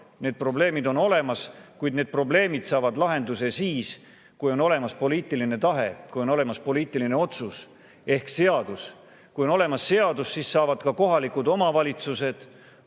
need probleemid on olemas, kuid need probleemid saavad lahenduse siis, kui on olemas poliitiline tahe, kui on olemas poliitiline otsus ehk seadus. Kui on olemas seadus, siis saavad ka kohalikud omavalitsused, koolipidajad,